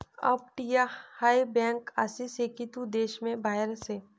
अपटीया हाय बँक आसी से की तू देश बाहेर से